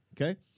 Okay